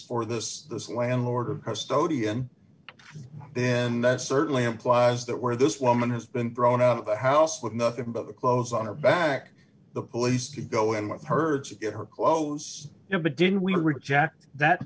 for this landlord or trust odeon then that certainly implies that where this woman has been thrown out of the house with nothing but the clothes on her back the police could go in with her to get her clothes you know but didn't we reject that